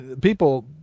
People